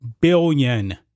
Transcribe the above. billion